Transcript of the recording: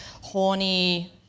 horny –